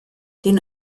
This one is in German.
den